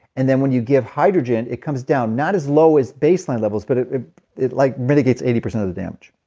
and then when you give hydrogen, it comes down not as low as baseline levels, but it it like mitigates eighty percent of the damage.